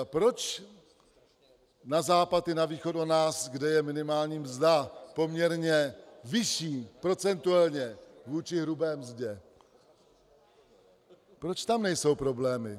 Proč na západ i na východ od nás, kde je minimální mzda poměrně vyšší procentuálně vůči hrubé mzdě, proč tam nejsou problémy?